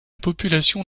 population